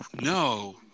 no